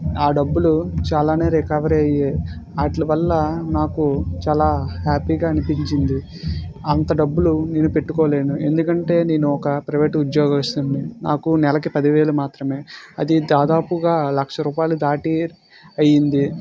ఆ డబ్బులు చాలానే రికవరీ అయ్యాయి వాటివల్ల నాకు చాలా హ్యాపీగా అనిపించింది అంత డబ్బులు నేను పెట్టుకోలేను ఎందుకంటే నేను ఒక ప్రైవేట్ ఉద్యోగస్థున్ని నాకు నెలకు పది వేలు మాత్రమే అది దాదాపుగా లక్ష రూపాయలు దాటి అయ్యింది